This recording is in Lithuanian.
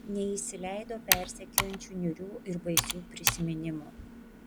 neįsileido persekiojančių niūrių ir baisių prisiminimų